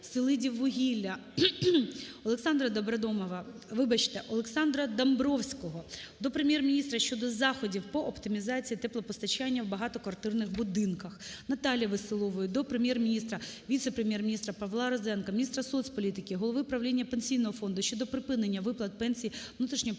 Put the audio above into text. Олександра Домбровського до Прем'єр-міністра щодо заходів по оптимізації теплопостачання в багатоквартирних будинках. Наталії Веселової до Прем'єр-міністра, віце-прем'єр-міністра Павла Розенка, міністра соцполітики, голови правління Пенсійного фонду щодо припинення виплат пенсій внутрішньо переміщеним